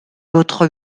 votre